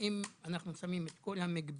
אם אנו שמים את כל המגבלות